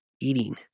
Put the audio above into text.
eating